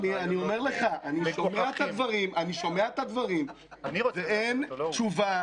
אני אומר לך: אני שומע את הדברים ואין תשובה,